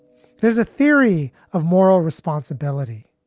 there's a theory of moral responsibility.